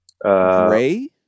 Gray